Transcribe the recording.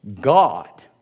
God